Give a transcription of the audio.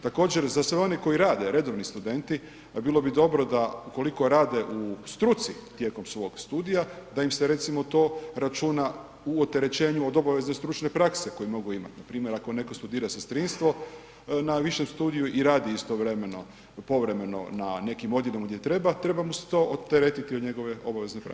Također, za sve one koji rade, redovni studenti bilo bi dobro da ukoliko rade u struci tijekom svog studija da im se recimo to računa u oterećenju od obavezne stručne prakse koju mogu imati, npr. ako netko studira sestrinstvo na višem studiju i radi istovremeno povremeno na nekim odjelima gdje treba, treba mu se to odteretiti od njegove obvezne prakse.